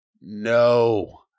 no